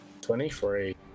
Twenty-three